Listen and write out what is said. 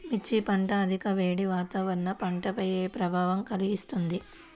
మిర్చి పంట అధిక వేడి వాతావరణం పంటపై ఏ ప్రభావం కలిగిస్తుంది?